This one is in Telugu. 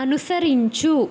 అనుసరించు